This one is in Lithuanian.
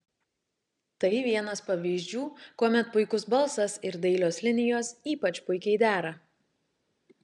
tai vienas pavyzdžių kuomet puikus balsas ir dailios linijos ypač puikiai dera